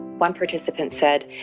one participant said,